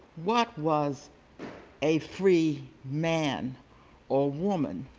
what was a free man or woman?